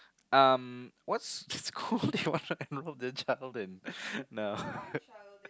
um what school do you want to enroll your child in no